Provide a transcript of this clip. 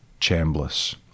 Chambliss